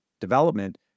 development